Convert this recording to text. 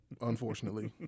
unfortunately